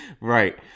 Right